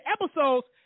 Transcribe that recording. episodes